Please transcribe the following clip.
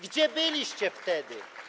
Gdzie byliście wtedy?